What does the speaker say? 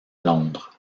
londres